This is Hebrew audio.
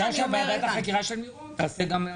או שוועדת החקירה של מירון תעסוק גם בצפית,